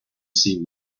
see